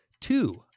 two